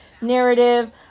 narrative